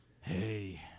Hey